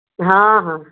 ହଁ ହଁ